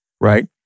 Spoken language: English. right